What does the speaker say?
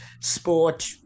sport